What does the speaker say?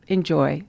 Enjoy